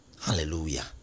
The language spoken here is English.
hallelujah